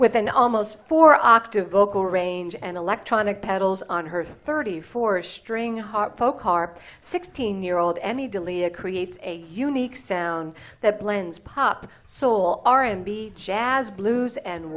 with an almost four octave vocal range and electronic pedals on her thirty four string hot folk are sixteen year old any deleted creates a unique sound that blends pop soul r and b jazz blues and